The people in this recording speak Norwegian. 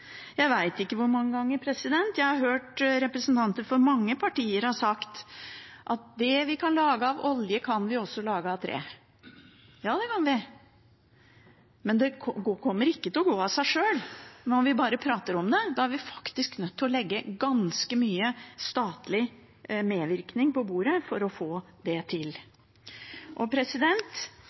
Jeg vet ikke hvor mange ganger jeg har hørt representanter for mange partier si at det vi kan lage av olje, kan vi også lage av tre. Ja, det kan vi, men det kommer ikke til å gå av seg sjøl når vi bare prater om det. Vi er faktisk nødt til å legge ganske mye statlig medvirkning på bordet for å få det til. Da kan man ikke fortsette slik som man har gjort, og